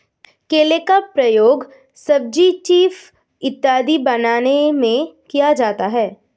केला का प्रयोग सब्जी चीफ इत्यादि बनाने में किया जाता है